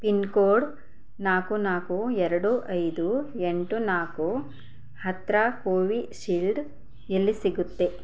pin code ನಾಲ್ಕು ನಾಲ್ಕು ಎರಡು ಐದು ಎಂಟು ನಾಲ್ಕು ಹತ್ತಿರ ಕೋವಿಶೀಲ್ಡ್ ಎಲ್ಲಿ ಸಿಗುತ್ತೆ